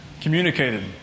communicated